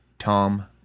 Tom